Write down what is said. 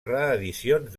reedicions